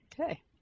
okay